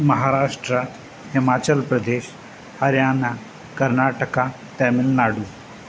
Maharashtra Himachal Pradesh Haryana Karnataka Tamil Nadu